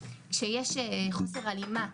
אז גם התקרות צריכות להיות מקודמות לפי הדמוגרפיה.